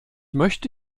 möchte